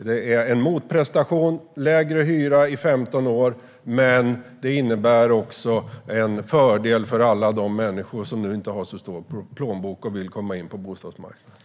Det är en motprestation - lägre hyra i 15 år - men det innebär också en fördel för alla de människor som inte har så stor plånbok och vill komma in på bostadsmarknaden.